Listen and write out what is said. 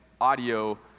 audio